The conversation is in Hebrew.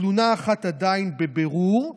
תלונה אחת עדיין בבירור.